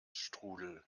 strudel